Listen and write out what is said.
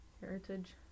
heritage